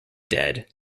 dead